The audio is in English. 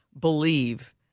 believe